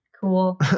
Cool